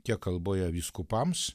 tiek kalboje vyskupams